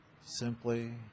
simply